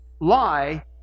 lie